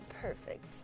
Perfect